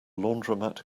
laundromat